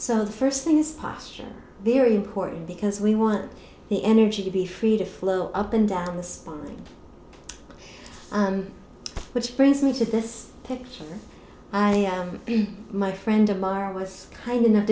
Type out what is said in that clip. the first thing is posture very important because we want the energy to be free to flow up and down the spine which brings me to this picture i am my friend of my arm was kind enough